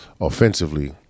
offensively